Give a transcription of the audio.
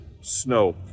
snow